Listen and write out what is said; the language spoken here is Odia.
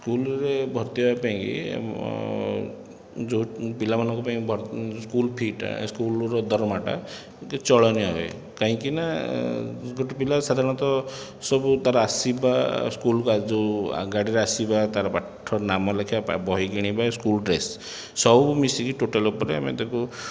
ସ୍କୁଲରେ ଭର୍ତ୍ତି ହେବା ପାଇଁକି ଯେଉଁ ପିଲାମାନଙ୍କ ପାଇଁ ସ୍କୁଲ ଫିଟା ସ୍କୁଲର ଦରମାଟା ଚଳନୀୟ ହୁଏ କାହିଁକି ନା ଗୋଟିଏ ପିଲା ସାଧାରଣତଃ ସବୁ ତାର ଆସିବା ସ୍କୁଲକୁ ଯେଉଁ ଗାଡ଼ିରେ ଆସିବା ତା'ର ପାଠ ନାମ ଲେଖାଇବା ବହି କିଣିବା ସ୍କୁଲ ଡ୍ରେସ ସବୁ ମିଶିକି ଟୋଟାଲ ଉପରେ ଆମେ ଦେବୁ